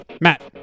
Matt